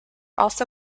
also